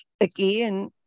again